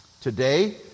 Today